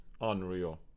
unreal